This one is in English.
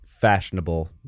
fashionable